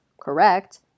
correct